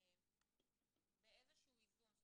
באיזשהו איזון,